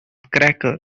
cracker